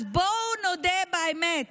אז בואו נודה באמת: